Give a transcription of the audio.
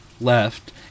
left